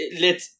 let